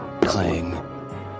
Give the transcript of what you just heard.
clang